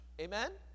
Amen